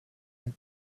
and